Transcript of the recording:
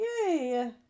Yay